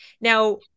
Now